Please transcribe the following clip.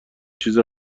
چیز